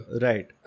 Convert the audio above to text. Right